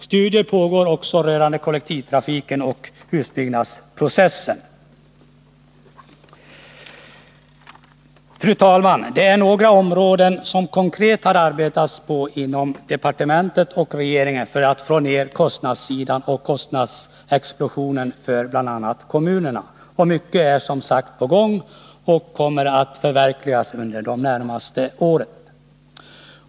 Studier pågår vidare rörande kollektivtrafiken och husbyggnadsprocessen. Fru talman! På några områden har det arbetats särskilt konkret inom departementet och regeringen för att få ner kostnaderna och kostnadsexplosionen för bl.a. kommunerna. Mycket är som sagt på gång och kommer att förverkligas under de närmaste åren.